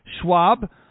Schwab